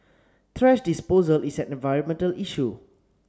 thrash disposal is an environmental issue